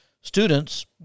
students